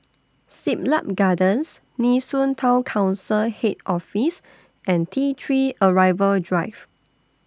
Siglap Gardens Nee Soon Town Council Head Office and T three Arrival Drive